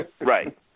Right